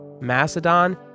Macedon